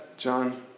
John